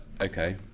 okay